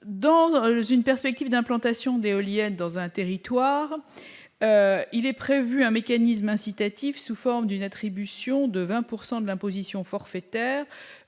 une perspective d'implantation. Andéol yen dans un territoire, il est prévu un mécanisme incitatif sous forme d'une attribution de 20 pourcent de l'imposition forfaitaire